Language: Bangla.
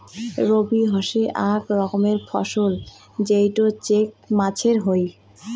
রবি হসে আক রকমের ফসল যেইটো চৈত্র মাসে হই